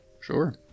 Sure